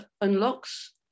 unlocks